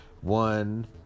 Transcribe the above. one